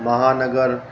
महानगर